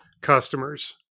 customers